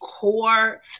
core